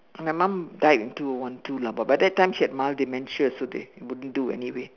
my mom died in two O one two lah but by that time she had mild dementia so they wouldn't do anyway